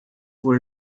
wohl